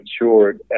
matured